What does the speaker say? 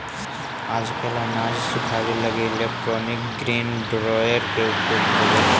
आजकल अनाज सुखावे लगी इलैक्ट्रोनिक ग्रेन ड्रॉयर के उपयोग होवऽ हई